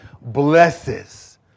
blesses